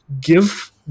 give